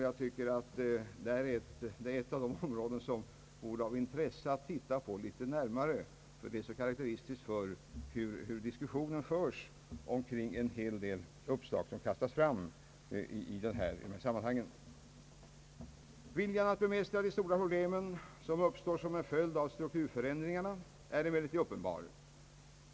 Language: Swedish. Jag tycker att vi borde studera detta litet närmare eftersom jag finner det så karaktäristiskt för hur resonemanget förs kring en hel del uppslag som kastas fram i detta sammanhang. Viljan att bemästra de stora problem som uppstår till följd av strukturförändringarna är emellertid uppenbar.